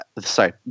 Sorry